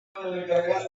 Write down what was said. juega